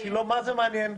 מה זה מעניין?